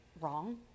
wrong